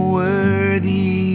worthy